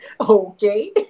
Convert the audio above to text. okay